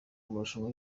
amarushanwa